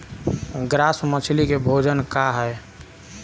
Grass मछली के भोजन का ह?